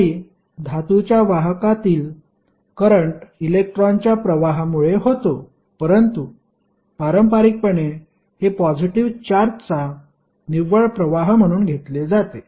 जरी धातूच्या वाहकातील करंट इलेक्ट्रॉनच्या प्रवाहामुळे होतो परंतु पारंपारिकपणे हे पॉजिटीव्ह चार्जचा निव्वळ प्रवाह म्हणून घेतले जाते